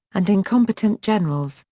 and incompetent generals,